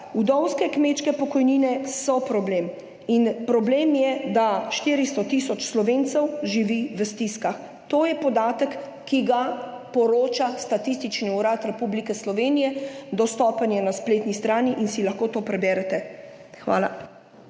vdovske kmečke pokojnine so problem. In problem je, da 400 tisoč Slovencev živi v stiskah. To je podatek, ki ga poroča Statistični urad Republike Slovenije. Dostopen je na spletni strani in si lahko to preberete. Hvala.